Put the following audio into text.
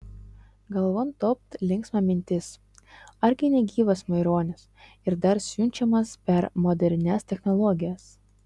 galvon topt linksma mintis argi ne gyvas maironis ir dar siunčiamas per modernias technologijas